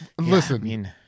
Listen